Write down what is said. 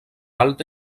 alta